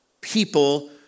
people